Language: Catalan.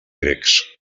grecs